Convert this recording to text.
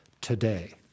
Today